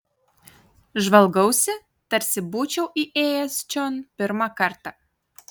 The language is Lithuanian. žvalgausi tarsi būčiau įėjęs čion pirmą kartą